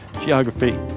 geography